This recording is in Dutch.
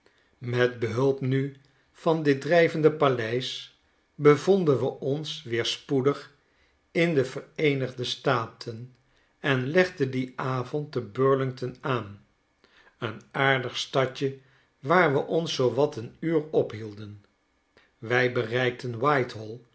met behulp nu van dit drijvende paleis bevonden we ons weer spoedig in de vereenigde staten en legden dien avond te b u r i n g t o n aan een aardig stadje waar we ons zoo wat een uur ophielden wij bereikten